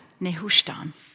Nehushtan